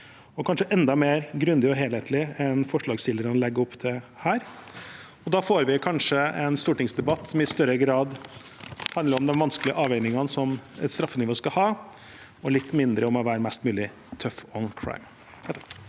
og kanskje enda mer grundig og helhetlig enn forslagsstillerne legger opp til her. Da får vi kanskje en stortingsdebatt som i større grad handler om de vanskelige avveiningene som et straffenivå skal ha, og litt mindre om å være mest mulig «tough on crime».